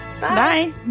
bye